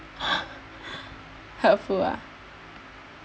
hurtful ah